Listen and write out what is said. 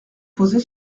posée